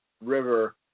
river